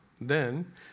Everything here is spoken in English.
Then